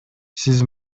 сиз